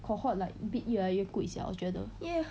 cohort like bid 越来越贵 sia 我觉得